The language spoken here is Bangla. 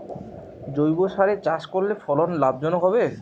জৈবসারে চাষ করলে ফলন লাভজনক হবে?